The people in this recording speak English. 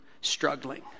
struggling